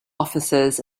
officers